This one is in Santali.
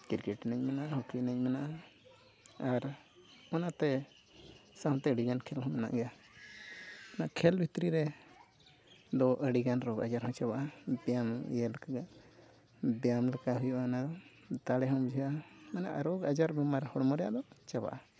ᱠᱨᱤᱠᱮᱴ ᱮᱱᱮᱡ ᱢᱮᱱᱟᱜᱼᱟ ᱦᱚᱠᱤ ᱮᱱᱮᱡ ᱢᱮᱱᱟᱜᱼᱟ ᱟᱨ ᱚᱱᱟᱛᱮ ᱥᱟᱶᱛᱮ ᱟᱹᱰᱤᱜᱟᱱ ᱠᱷᱮᱞ ᱦᱚᱸ ᱢᱮᱱᱟᱜ ᱜᱮᱭᱟ ᱚᱱᱟ ᱠᱷᱮᱞ ᱵᱷᱤᱛᱨᱤ ᱨᱮ ᱫᱚ ᱟᱹᱰᱤᱜᱟᱱ ᱨᱳᱜᱽ ᱟᱡᱟᱨ ᱦᱚᱸ ᱪᱟᱵᱟᱜᱼᱟ ᱵᱮᱭᱟᱢ ᱤᱭᱟᱹ ᱞᱮᱠᱟ ᱜᱮ ᱵᱮᱭᱟᱢ ᱞᱮᱠᱟ ᱦᱩᱭᱩᱜᱼᱟ ᱚᱱᱟ ᱫᱟᱲᱮ ᱦᱚᱸ ᱵᱩᱡᱷᱟᱹᱜᱼᱟ ᱢᱟᱱᱮ ᱨᱳᱜᱽ ᱟᱡᱟᱨ ᱵᱤᱢᱟᱨ ᱦᱚᱲᱢᱚ ᱨᱮᱭᱟᱜ ᱫᱚ ᱪᱟᱵᱟᱜᱼᱟ